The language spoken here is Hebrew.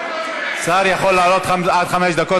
שר יכול לעלות עד חמש דקות.